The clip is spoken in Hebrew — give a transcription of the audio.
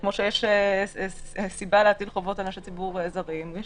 כמו שיש סיבה להטיל חובות על אנשי ציבור זרים יש